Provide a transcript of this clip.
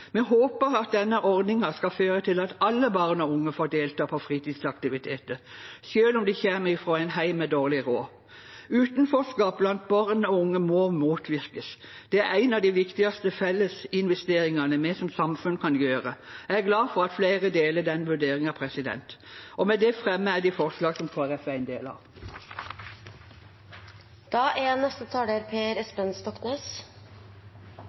Vi håper denne ordningen skal føre til at alle barn og unge får delta på fritidsaktiviteter, selv om de kommer fra et hjem med dårlig råd. Utenforskap blant barn og unge må motvirkes. Det er en av de viktigste fellesinvesteringene vi som samfunn kan gjøre, og jeg er glad for at flere deler den vurderingen. En halv million barn vokser opp i norske byer, barn fra tusenvis av